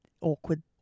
awkward